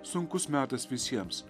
sunkus metas visiems